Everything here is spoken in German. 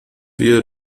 wir